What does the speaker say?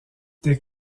des